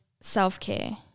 self-care